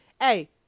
hey